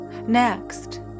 Next